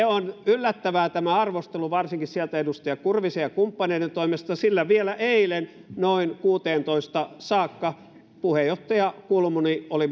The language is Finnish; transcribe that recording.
on yllättävää varsinkin sieltä edustaja kurvisen ja kumppaneiden toimesta sillä vielä eilen noin kuuteentoista saakka puheenjohtaja kulmuni oli